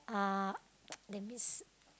uh that means